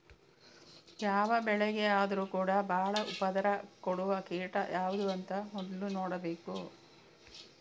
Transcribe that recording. ಯಾವ ಬೆಳೆಗೆ ಆದ್ರೂ ಕೂಡಾ ಬಾಳ ಉಪದ್ರ ಕೊಡುವ ಕೀಟ ಯಾವ್ದು ಅಂತ ಮೊದ್ಲು ನೋಡ್ಬೇಕು